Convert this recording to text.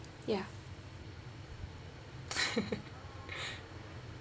ya